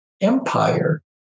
empire